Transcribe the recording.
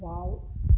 wow